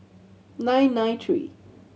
nine nine three